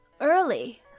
Early